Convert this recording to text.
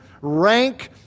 rank